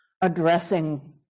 addressing